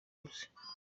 hose